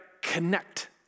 connect